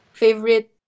favorite